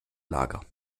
lager